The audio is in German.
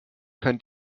können